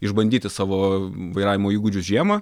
išbandyti savo vairavimo įgūdžius žiemą